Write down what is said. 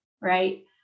right